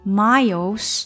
miles